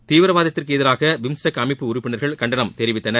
தீவிரவாதத்திற்கு எதிராக பிம்ஸ்டெக் அமைப்பு உறுப்பினர்கள் கண்டனம் தெரிவித்தனர்